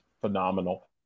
phenomenal